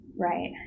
Right